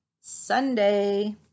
Sunday